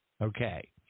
okay